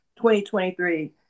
2023